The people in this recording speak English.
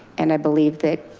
and i believe that